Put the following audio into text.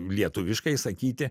lietuviškai sakyti